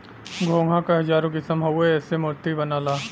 घोंघा क हजारो किसम हउवे एसे मोती बनला